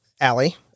Allie